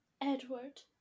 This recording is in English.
Edward